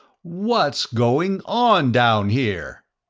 what's going on down here?